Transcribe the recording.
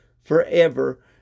forever